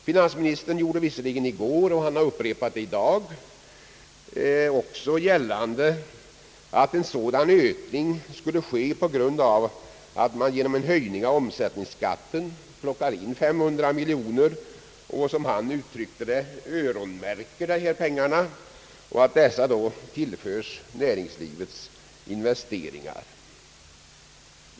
Finansministern gjorde visserligen i går gällande — och han upprepade det i dag — att en sådan ökning skulle ske på grund av att man genom en höjning av omsättningsskatten skulle plocka in 500 miljoner kronor och, som han uttryckte det, öronmärka dessa pengar som då tillförs näringslivets investeringar.